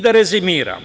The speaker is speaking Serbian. Da rezimiram.